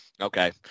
Okay